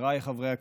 חבריי חברי הכנסת,